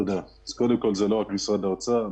זה לא רק משרד האוצר.